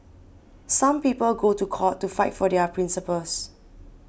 some people go to court to fight for their principles